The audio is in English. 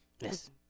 Yes